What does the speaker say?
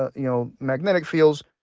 ah you know, magnetic fields.